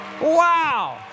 Wow